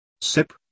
SIP